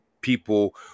people